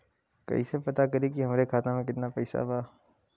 कइसे पता करि कि हमरे खाता मे कितना पैसा बा?